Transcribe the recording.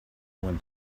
when